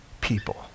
people